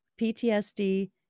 PTSD